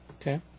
Okay